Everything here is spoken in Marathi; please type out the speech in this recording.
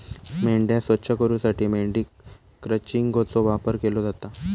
मेंढ्या स्वच्छ करूसाठी मेंढी क्रचिंगचो वापर केलो जाता